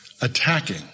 attacking